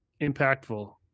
impactful